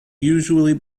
usually